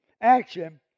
action